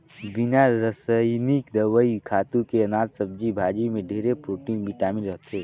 बिना रसइनिक दवई, खातू के अनाज, सब्जी भाजी में ढेरे प्रोटिन, बिटामिन रहथे